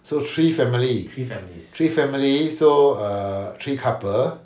so three family three families so err three couples